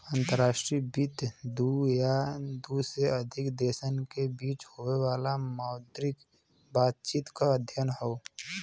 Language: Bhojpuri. अंतर्राष्ट्रीय वित्त दू या दू से अधिक देशन के बीच होये वाला मौद्रिक बातचीत क अध्ययन हौ